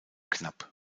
knapp